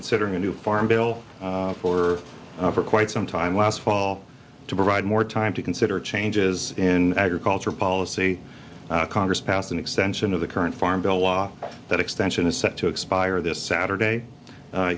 considering a new farm bill for for quite sometime last fall to provide more time to consider changes in agriculture policy congress passed an extension of the current farm bill law that extension is set to expire this saturday a